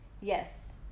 yes